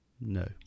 No